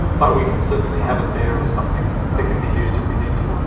but we can certainly have it there as something that can be used if we need to.